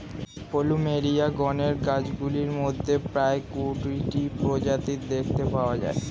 plumeria গণের গাছগুলির মধ্যে প্রায় কুড়িটি প্রজাতি দেখতে পাওয়া যায়